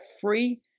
free